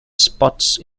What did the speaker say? spots